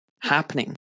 happening